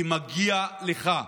כי מגיע לך.